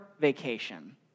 vacation